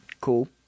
Cool